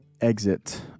exit